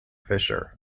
fisher